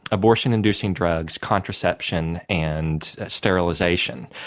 abortion inducing drugs, contraception and sterilisation,